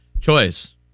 choice